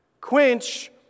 Quench